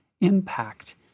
impact